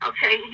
Okay